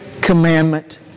commandment